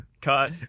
cut